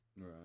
right